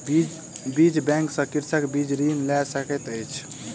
बीज बैंक सॅ कृषक बीज ऋण लय सकैत अछि